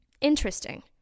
Interesting